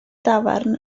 dafarn